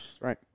Right